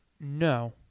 No